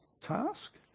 task